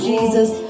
Jesus